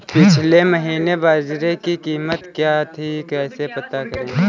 पिछले महीने बाजरे की कीमत क्या थी कैसे पता करें?